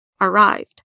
arrived